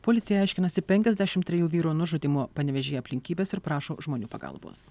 policija aiškinasi penkiasdešimt trejų vyro nužudymo panevėžyje aplinkybes ir prašo žmonių pagalbos